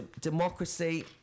democracy